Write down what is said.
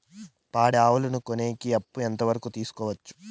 పాడి ఆవులని కొనేకి అప్పు ఎంత వరకు తీసుకోవచ్చు?